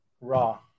Raw